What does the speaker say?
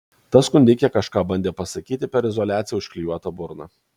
ta skundikė kažką bandė pasakyti per izoliacija užklijuotą burną